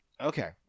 okay